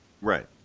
Right